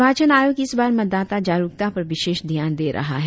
निर्वाचन आयोग इस बार मतदाता जागरुकता पर विशेष ध्यान दे रहा है